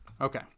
Okay